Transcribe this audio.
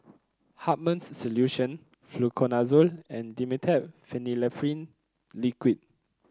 Hartman's Solution Fluconazole and Dimetapp Phenylephrine Liquid